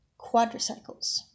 quadricycles